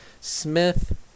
Smith